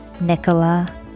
Nicola